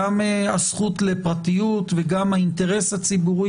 גם הזכות לפרטיות וגם האינטרס הציבורי,